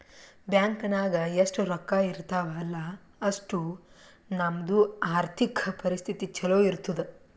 bank ನಾಗ್ ಎಷ್ಟ ರೊಕ್ಕಾ ಇರ್ತಾವ ಅಲ್ಲಾ ಅಷ್ಟು ನಮ್ದು ಆರ್ಥಿಕ್ ಪರಿಸ್ಥಿತಿ ಛಲೋ ಇರ್ತುದ್